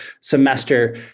semester